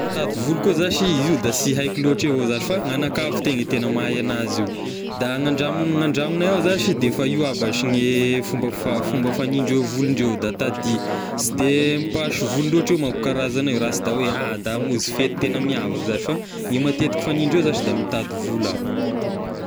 Hitady volo koa zashy, io zao da sy haiko loatra avao zashy fa gn'anakavitegna e tena mahay anazy io, da ny an-dragno ny an-dranognay ao zashy de efa io aby a shy gne fomba fa- fomba fagniandreo volondreo da tadia, sy de mipasy volo loatry io manko karazagnay raha sy da hoe ah da hamonzy fety tena miavaly zashy fa ny matetiky fagniandreo zashy da mitady volo aby.